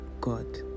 God